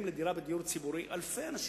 חבר הכנסת בר-און,